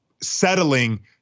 settling